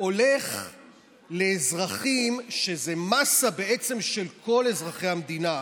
הולך לאזרחים, שזאת מאסה, כל אזרחי המדינה,